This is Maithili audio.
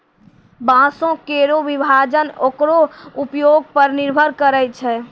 बांसों केरो विभाजन ओकरो उपयोग पर निर्भर करै छै